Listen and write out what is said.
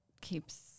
keeps